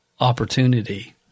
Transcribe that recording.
opportunity